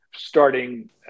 starting